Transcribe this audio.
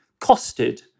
costed